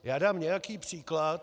Já dám nějaký příklad.